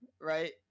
right